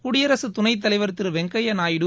குடியரசு துணைத்தலைவர் திரு வெங்கையாநாயுடு